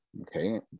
okay